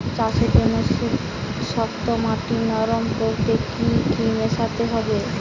চাষের জন্য শক্ত মাটি নরম করতে কি কি মেশাতে হবে?